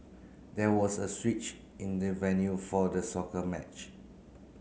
there was a switch in the venue for the scorer match